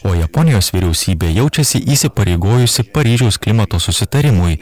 o japonijos vyriausybė jaučiasi įsipareigojusi paryžiaus klimato susitarimui